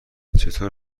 چطوره